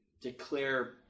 declare